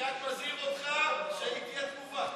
אני רק מזהיר אותך שתהיה תגובה.